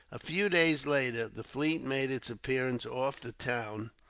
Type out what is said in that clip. a few days later the fleet made its appearance off the town,